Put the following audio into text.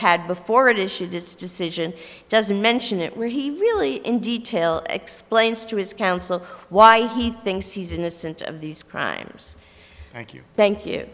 had before it issued this decision doesn't mention it where he really in detail explains to his counsel why he thinks he's innocent of these crimes thank you thank you